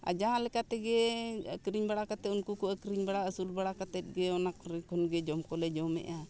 ᱟᱨ ᱡᱟᱦᱟᱸ ᱞᱮᱠᱟ ᱛᱮᱜᱮ ᱟᱹᱠᱷᱨᱤᱧ ᱵᱟᱲᱟ ᱠᱟᱛᱮ ᱩᱱᱠᱩ ᱠᱚ ᱟᱹᱠᱷᱨᱤᱧ ᱵᱟᱲᱟ ᱟᱹᱥᱩᱞ ᱵᱟᱲᱟ ᱠᱟᱛᱮᱜᱮ ᱚᱱᱟ ᱠᱚᱨᱮ ᱠᱷᱚᱱᱜᱮ ᱡᱚᱢ ᱠᱚᱞᱮ ᱡᱚᱢᱮᱜᱼᱟ